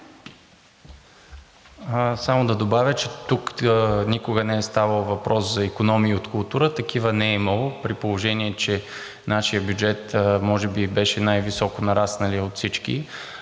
Само да добавя, че тук никога не е ставало въпрос за икономии от култура. Такива не е имало, при положение че нашият бюджет може би беше най-високо нарасналият от всички